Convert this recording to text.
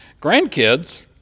grandkids